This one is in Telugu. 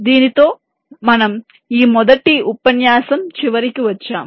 దీనితో మనము ఈ మొదటి ఉపన్యాసం చివరికి వచ్చాము